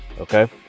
okay